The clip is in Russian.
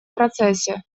процессе